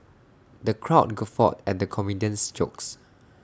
the crowd guffawed at the comedian's jokes